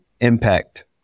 impact